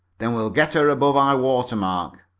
then we'll get her above high-water mark.